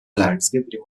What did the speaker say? landscape